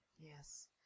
Yes